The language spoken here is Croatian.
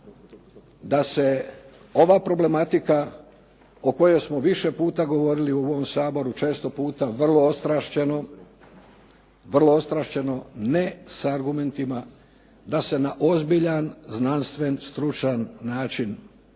da se ova problematika o kojoj smo više puta govorili u ovom Saboru, često puta vrlo ostrašćeno, ne s argumentima, da se na ozbiljan, znanstven, stručan način